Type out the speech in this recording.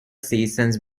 seasons